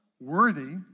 worthy